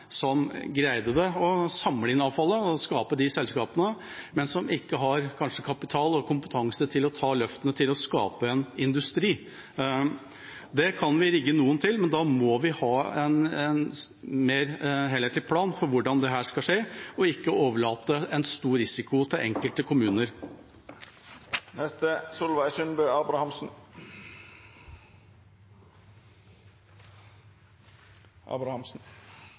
som greier å samle inn avfall og skape selskaper, men som kanskje ikke har kompetanse og kapital til å ta de løftene og skape en industri. Det kan vi rigge noen til, men da må vi ha en mer helhetlig plan for hvordan dette skal skje, og ikke overlate den store risikoen til